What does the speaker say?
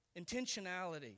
intentionality